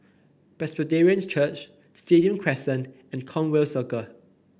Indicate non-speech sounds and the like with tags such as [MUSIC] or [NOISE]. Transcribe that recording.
[NOISE] Presbyterian Church Stadium Crescent and Conway Circle